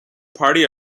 party